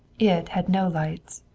it had no lights.